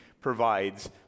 provides